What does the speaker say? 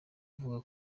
avuga